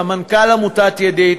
סמנכ״ל עמותת "ידיד",